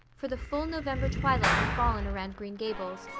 for the full november twilight had fallen around green gables,